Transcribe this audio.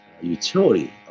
utility